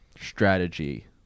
strategy